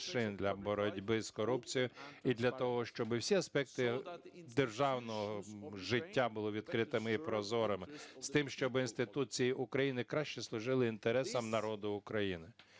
для боротьби з корупцією і для того, щоб всі аспекти державного життя були відкритими і прозорими, з тим, щоб інституції України краще служили інтересам народу України.